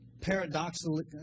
paradoxically